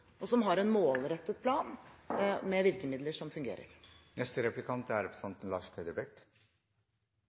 og som har en målrettet plan, med virkemidler som fungerer.